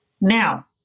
Now